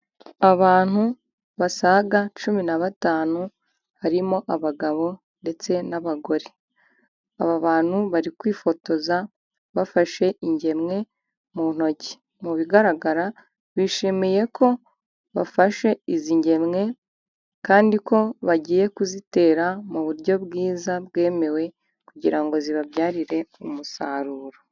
Abantu basaga cumi na batanu harimo abagabo ndetse n'abagore. aba bantu bari kwifotoza ,bafashe ingemwe mu ntoki. Mu bigaragara bishimiye ko bafashe izi ngemwe, kandi ko bagiye kuzitera mu buryo bwiza bwemewe, kugira ngo zibabyarire umusaruro.